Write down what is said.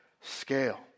scale